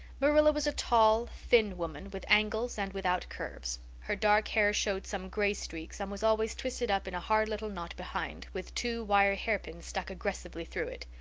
marilla was a tall, thin woman, with angles and without curves her dark hair showed some gray streaks and was always twisted up in a hard little knot behind with two wire hairpins stuck aggressively through it.